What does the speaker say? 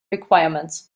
requirements